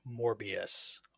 Morbius